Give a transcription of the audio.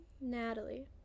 Natalie